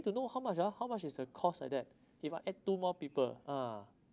to know how much ah how much is the cost like that if I add two more people ah